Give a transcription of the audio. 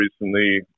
recently